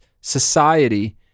society